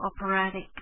operatic